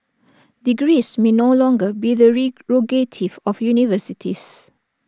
degrees may no longer be the of universities